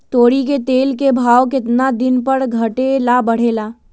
तोरी के तेल के भाव केतना दिन पर घटे ला बढ़े ला?